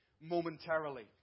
momentarily